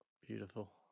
Beautiful